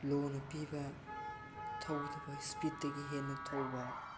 ꯂꯣꯅ ꯄꯤꯕ ꯊꯧꯒꯗꯕ ꯏꯁꯄꯤꯠꯇꯒꯤ ꯍꯦꯟꯅ ꯊꯧꯕ